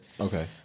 okay